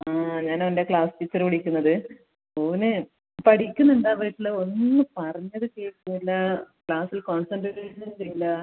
ആ ഞാൻ അവൻ്റെ ക്ലാസ് ടീച്ചറ് വിളിക്കുന്നത് ഓന് പഠിക്കുന്നുണ്ടോ വീട്ടിൽ ഒന്നും പറഞ്ഞത് കേൾക്കില്ല ക്ലാസ്സിൽ കോൺസെൻട്രേഷന് ഇല്ല